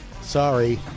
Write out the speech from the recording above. Sorry